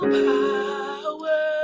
power